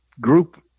group